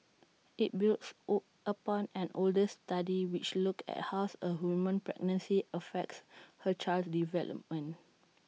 IT builds O upon an older study which looked at how A woman's pregnancy affects her child's development